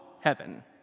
Heaven